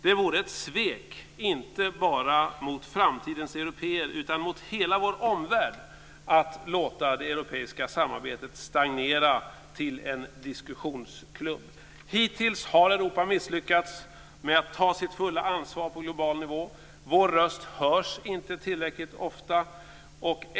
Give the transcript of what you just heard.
Det vore ett svek inte bara mot framtidens européer, utan mot hela vår omvärld att låta det europeiska samarbetet stagnera till en diskussionsklubb. Hittills har Europa misslyckats med att ta sitt fulla ansvar på global nivå. Vår röst hörs inte tillräckligt ofta.